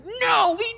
no